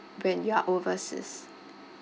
when you are overseas